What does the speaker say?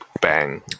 Bang